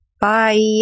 bye